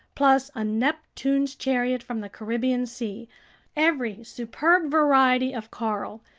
plus a neptune's chariot from the caribbean sea every superb variety of coral,